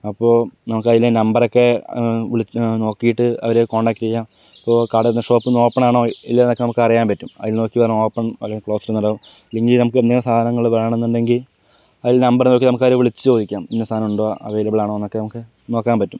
അപ്പോൾ നമുക്ക് അതിൻ്റെ നമ്പർ ഒക്കെ വിളി നോക്കിയിട്ട് അതിലേക്ക് കോൺടാക്ട് ചെയ്യാം ഇപ്പോൾ കട ഇന്ന് ഷോപ്പ് ഇന്ന് ഓപ്പൺ ആണോ ഇല്ലയോ എന്നൊക്കെ നമുക്ക് അറിയാൻ പറ്റും അതില് നോക്കി വേണേൽ ഓപ്പൺ അല്ലെങ്കിൽ ക്ലോസ്ഡ് എന്ന് ഇല്ലെങ്കിൽ നമുക്ക് എന്തെങ്കിലും സാധനങ്ങള് വേണമെന്നുണ്ടെങ്കിൽ അതിലെ നമ്പർ നോക്കി നമുക്ക് അതിൽ വിളിച്ചു ചോദിക്കാം ഇന്ന സാധനം ഉണ്ടോ അവൈലബിൾ ആണോ എന്നൊക്കെ നമുക്ക് നോക്കാൻ പറ്റും